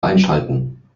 einschalten